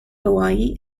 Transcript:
hawaii